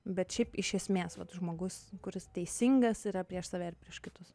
bet šiaip iš esmės vat žmogus kuris teisingas yra prieš save ir prieš kitus